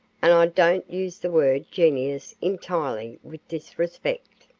and i don't use the word genius entirely with disrespect.